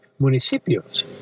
municipios